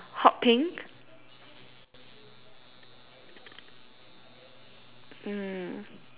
mm